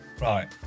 Right